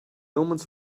omens